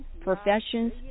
professions